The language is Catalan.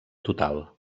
total